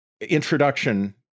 introduction